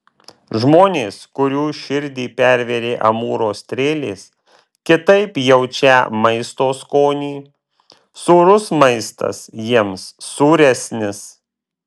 žmonės kurių širdį pervėrė amūro strėlės kitaip jaučią maisto skonį sūrus maistas jiems sūresnis